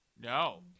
No